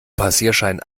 passierschein